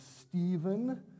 Stephen